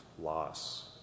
loss